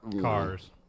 Cars